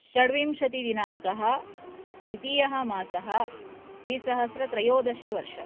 षड्विंशतिदिनाङ्कः द्वितीयः मासः द्विसहस्रत्रयोदशवर्षम्